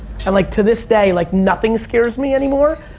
and, like, to this day, like nothing scares me anymore,